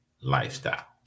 lifestyle